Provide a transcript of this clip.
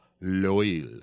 loyal